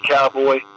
Cowboy